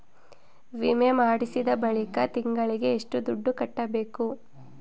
ವಿಮೆ ಮಾಡಿಸಿದ ಬಳಿಕ ತಿಂಗಳಿಗೆ ಎಷ್ಟು ದುಡ್ಡು ಕಟ್ಟಬೇಕು?